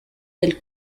del